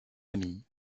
amies